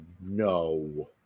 No